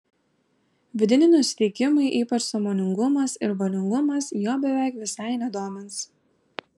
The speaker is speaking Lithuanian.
vidiniai nusiteikimai ypač sąmoningumas ir valingumas jo beveik visai nedomins